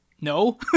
no